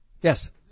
Yes